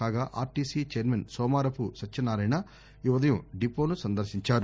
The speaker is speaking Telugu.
కాగా ఆర్టిసి చైర్మన్ సోమారపు సత్యనారాయణ ఈ ఉదయం డిపోను సందర్శించారు